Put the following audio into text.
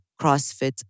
CrossFit